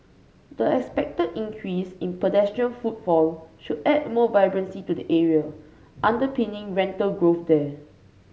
the expected increase in pedestrian footfall should add more vibrancy to the area underpinning rental growth there